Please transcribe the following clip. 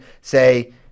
say